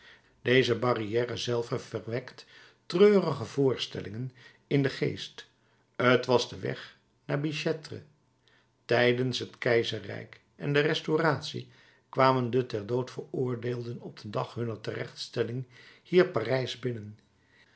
deze barrière zelve verwekt treurige voorstellingen in den geest t was de weg naar bicêtre tijdens het keizerrijk en de restauratie kwamen de ter dood veroordeelden op den dag hunner terechtstelling hier parijs binnen